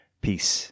Peace